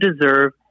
deserve